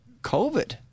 COVID